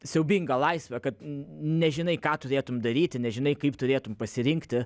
siaubinga laisve kad nežinai ką turėtum daryti nežinai kaip turėtum pasirinkti